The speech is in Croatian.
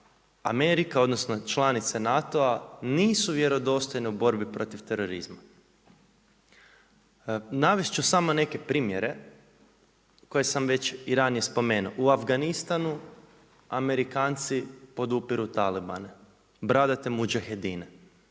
Amerika, odnosno članice NATO-a nisu vjerodostojne u borbi protiv terorizma. Navest ću samo neke primjere koje sam već i ranije spomenuo. U Afganistanu Amerikanci podupiru talibane, bradate muđahedine,